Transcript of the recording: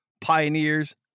Pioneers